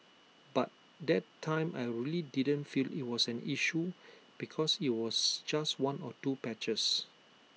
but that time I really didn't feel IT was an issue because IT was just one or two patches